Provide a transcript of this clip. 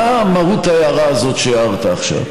מה מהות ההערה הזאת שאתה הערת עכשיו?